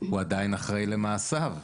הוא עדיין אחראי למעשיו,